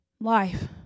life